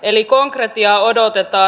eli konkretiaa odotetaan